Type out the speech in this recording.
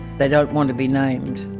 they don't want to be named.